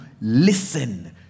listen